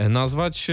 nazwać